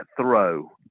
throw